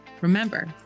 remember